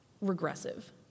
regressive